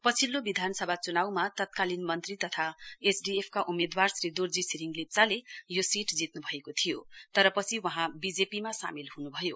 पछिल्लो विधानसभा च्नाउमा तत्कालिन मन्त्री तथा एसडिएफ का उम्मेदवार श्री दोर्जी छिरिङ लेप्चाले यो सीट जित्नुभएको थियो तर पछि वहाँ बिजेपिमा सामेल हुन्भयो